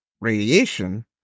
radiation